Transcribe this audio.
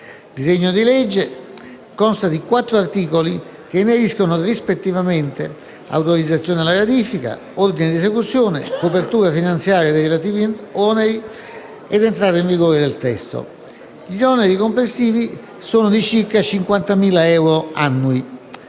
disegno di legge consta di quattro articoli che ineriscono, rispettivamente, all'autorizzazione alla ratifica, all'ordine di esecuzione, alla copertura finanziaria dei relativi oneri ed all'entrata in vigore del testo. Gli oneri complessivi sono di circa 50.000 euro annui.